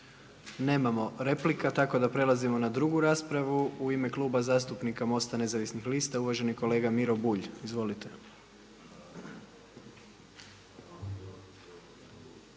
Nemamo replika tako da prelazimo na drugu raspravu. U ime Kluba zastupnika MOST-a Nezavisnih lista uvaženi kolega Miro Bulj. Izvolite.